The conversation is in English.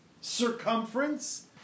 circumference